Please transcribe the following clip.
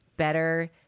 Better